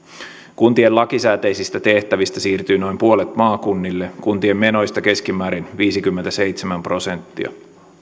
kuntien lakisääteisistä tehtävistä siirtyy noin puolet maakunnille kuntien menoista keskimäärin viisikymmentäseitsemän prosenttia